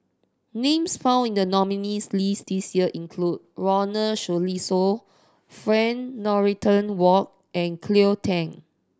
names found in the nominees' list this year include Ronald Susilo Frank Dorrington Ward and Cleo Thang